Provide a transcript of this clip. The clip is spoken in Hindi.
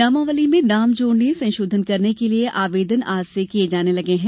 नामावली में नाम जोड़नेए संशोधन करने के लिये आवेदन आज से किये जाने लगे हैं